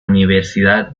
universidad